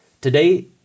Today